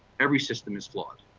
every system is flawed.